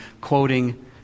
quoting